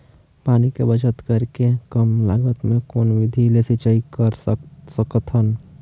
पानी के बचत करेके कम लागत मे कौन विधि ले सिंचाई कर सकत हन?